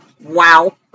Wow